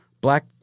Black